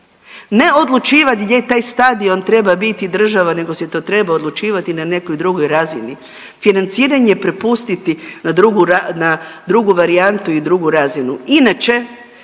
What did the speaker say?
ne odlučivat gdje taj stadion treba biti i država nego se to treba odlučivati na nekoj drugoj razini, financiranje prepustiti na drugu, na drugu varijantu i drugu razinu inače